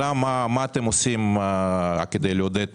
מה אתם עושים כדי לעודד